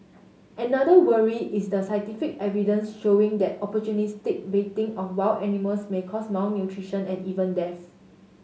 another worry is the scientific evidence showing that opportunistic baiting of wild animals may cause malnutrition and even death